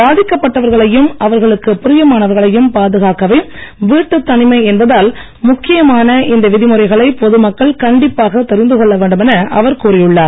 பாதிக்கப்பட்டவர்களையும் அவர்களுக்குப் பிரியமானவர்களையும் பாதுகாக்கவே வீட்டுத் தனிமை என்பதால் முக்கியமான இந்த விதிமுறைகளை பொதுமக்கள் கண்டிப்பாக தெரிந்துகொள்ள வேண்டும் என அவர் கூறியுள்ளார்